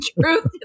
truth